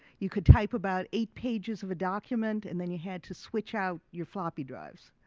you could type about eight pages of a document and then you had to switch out your floppy drives.